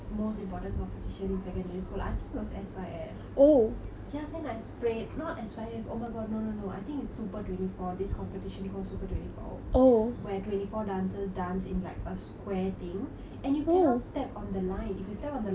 ya then I sprain not S_Y_F oh my god no no no I think it's super twenty four this competition called super twenty four where twenty four dancers dance in like a square thing and you cannot step on the line if you step on the line you're out and all four sides of the square will have judges